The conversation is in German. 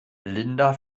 linda